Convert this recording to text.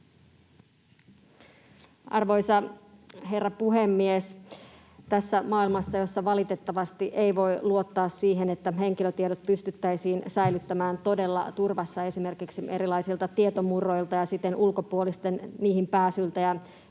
Arvoisa herra puhemies! Tässä maailmassa, jossa valitettavasti ei voi luottaa siihen, että henkilötiedot pystyttäisiin säilyttämään todella turvassa esimerkiksi erilaisilta tietomurroilta ja siten ulkopuolisten niihin pääsyltä